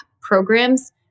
programs